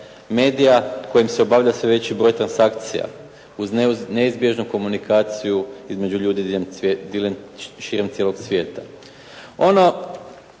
medija kojim se obavlja sve veći broj transakcija uz neizbježnu komunikaciju između ljudi diljem svijeta,